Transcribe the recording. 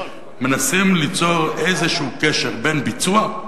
מנסים ליצור איזה קשר בין ביצוע,